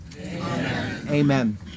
Amen